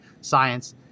science